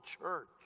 church